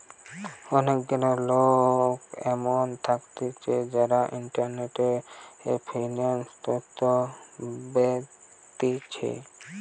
অনেক গুলা লোক এমন থাকতিছে যারা ইন্টারনেটে ফিন্যান্স তথ্য বেচতিছে